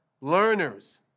learners